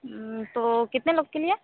तो कितने लोग के लिए